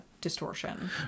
distortion